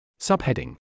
Subheading